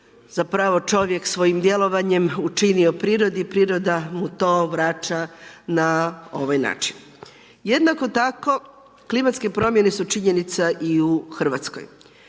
zapravo čovjek svojim djelovanjem učinio prirodi. Priroda mu to vraća na ovaj način. Jednako tako, klimatske promjene su činjenica i u RH.